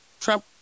Trump